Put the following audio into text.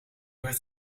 werd